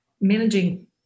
managing